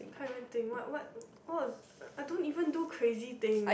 can't even thing what what what was I don't even do crazy things